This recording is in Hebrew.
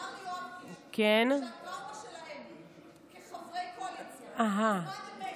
אבל אמר לי יואב קיש שהטראומה שלהם כחברי קואליציה בזמן אמת,